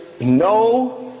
no